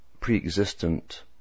pre-existent